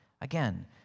Again